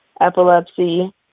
epilepsy